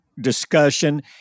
discussion